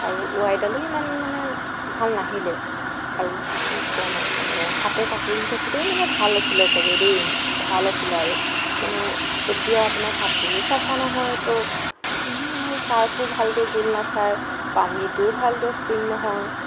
আৰু ৱাৰডালো ইমান মানে ভাল নাহিলে আৰু কি কম আৰু মানে হাতে কাপোৰ ধুই থাকোঁতেই মানে ভাল আছিলে ছাগে দেই ভাল আছিলে আৰু মানে এতিয়া আপোনাৰ কাপোৰো চাফা নহয় মানে আৰু চাৰ্ফো ভালকৈ গোল নাখায় পানীটোও ভালকৈ নহয়